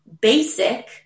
basic